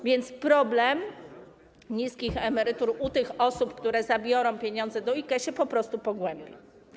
A więc problem niskich emerytur tych osób, które zabiorą pieniądze do IKE, się po prostu pogłębia.